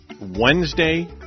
Wednesday